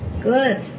Good